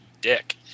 dick